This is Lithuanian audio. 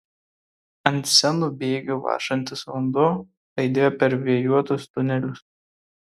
ant senų bėgių lašantis vanduo aidėjo per vėjuotus tunelius